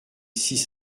six